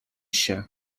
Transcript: się